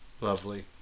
lovely